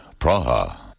Praha